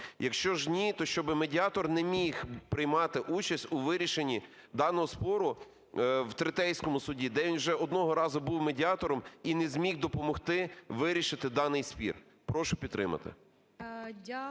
Якщо ж ні, то щоби медіатор не міг приймати участь у вирішенні даного спору в третейському суді, де він вже одного разу був медіатором і не зміг допомогти вирішити даний спір. Прошу підтримати.